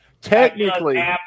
Technically